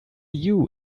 you